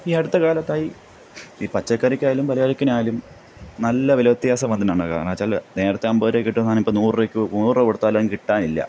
ഈ അടുത്ത കാലത്തായി ഈ പച്ചക്കറിക്കായാലും പലചരക്കിനായാലും നല്ല വില വ്യത്യാസം വന്നിട്ടുണ്ട് കാരണമെന്നു വെച്ചാൽ നേരത്തെ അൻപത് രൂപയ്ക്ക് കിട്ടുന്ന സാധനം ഇപ്പോൾ നൂറു രൂപയ്ക്ക് നൂറു രൂപ കൊടുത്താലും കിട്ടാനില്ല